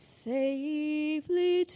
safely